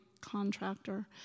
contractor